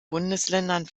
bundesländern